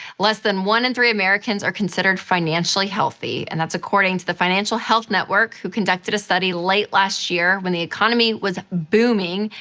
less than one in three americans are considered financially healthy. and that's according to the financial health network who conducted a study late last year when the economy was booming,